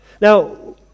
Now